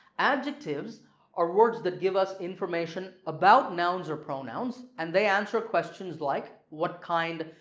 adjectives are words that give us information about nouns or pronouns, and they answer questions like what kind?